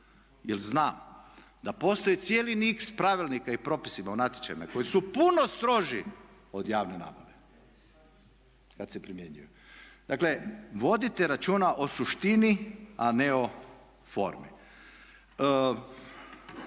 jer znam da postoji cijeli niz pravilnika i propisima o natječajima koji su puno stroži od javne nabave kad se primjenjuju. Dakle, vodite računa o suštini, a ne o formi.